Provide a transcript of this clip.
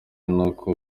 n’uko